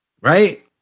right